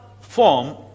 form